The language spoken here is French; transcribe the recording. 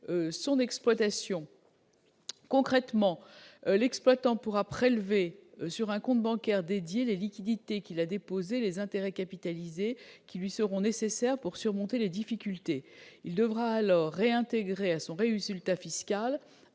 son exploitation. Concrètement, l'exploitant pourra prélever sur un compte bancaire dédié les liquidités qu'il a déposées, et les intérêts capitalisés, qui lui seront nécessaires pour surmonter les difficultés. Il devra alors réintégrer à son résultat fiscal